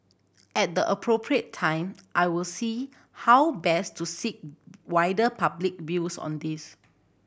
at the appropriate time I will see how best to seek wider public views on this